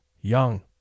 Young